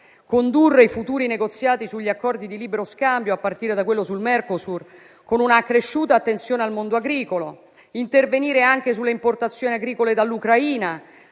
condurre i futuri negoziati sugli accordi di libero scambio, a partire da quello sul Mercosur, con una accresciuta attenzione al mondo agricolo; intervenire anche sulle importazioni agricole dall'Ucraina,